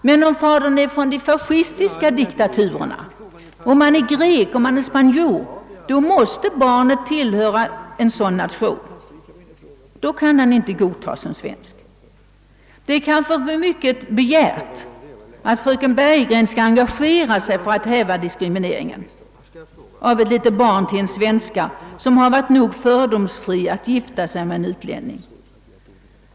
Men om fadern är från någon av de fascistiska dikta turerna, om han är grek eller spanjor, måste barnet tillhöra en sådan nation; då kan barnet inte godtas som svenskt. Det är kanske för mycket begärt, att fröken Bergegren skall engagera sig för att häva diskrimineringen av ett litet barn till en svenska, som varit nog fördomsfri att gifta sig med en utlänning.